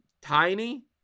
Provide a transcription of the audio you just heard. tiny